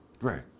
Right